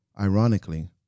Ironically